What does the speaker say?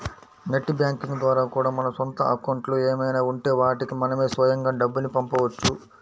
net banking ద్వారా కూడా మన సొంత అకౌంట్లు ఏమైనా ఉంటే వాటికి మనమే స్వయంగా డబ్బుని పంపవచ్చు